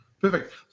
Perfect